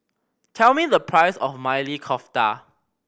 tell me the price of Maili Kofta